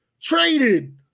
traded